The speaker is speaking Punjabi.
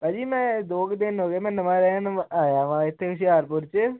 ਭਾਅ ਜੀ ਮੈਂ ਦੋ ਕੁ ਦਿਨ ਹੋ ਗਏ ਮੈਂ ਨਵਾਂ ਰਹਿਣ ਆਇਆ ਵਾਂ ਇੱਥੇ ਹੁਸ਼ਿਆਰਪੁਰ ਚ